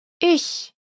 ich